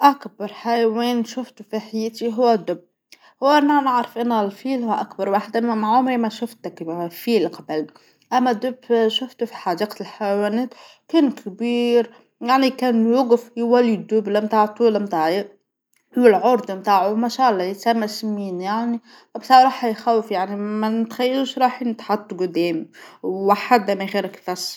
أكبر حيوان شفته في حياتي هو الدب وأنا نعرف أن الفيل هو أكبر واحد إنما عمري ما شفتك كبغا الفيل قبل، أما الدب شفت في حديقة الحيوانات كان كبير يعني كان يوقف يولي الدبلة بتاعته متاعى والعرضة متاعو ما شاء الله يتسمى سنيين يعني وبصراحة يخوف يعني ما نتخيلوش راح يتحط قدام وحتى من غير قفص.